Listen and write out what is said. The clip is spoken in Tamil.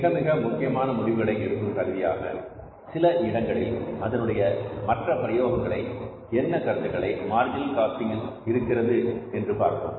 மிக மிக முக்கியமான முடிவுகளை எடுக்கும் கருவியாக சில இடங்களில் அதனுடைய மற்ற பிரயோகங்கள என்ன கருத்துக்களை மார்ஜினல் காஸ்டிங் இருக்கிறது என்று பார்ப்போம்